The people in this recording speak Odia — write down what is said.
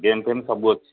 ଗେମ୍ ଫେମ୍ ସବୁ ଅଛି